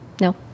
No